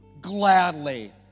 gladly